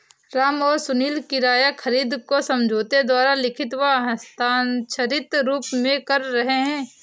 राम और सुनील किराया खरीद को समझौते द्वारा लिखित व हस्ताक्षरित रूप में कर रहे हैं